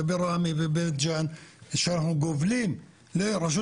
ברמ"י ובבית ג'אן שאנחנו גובלים לרשות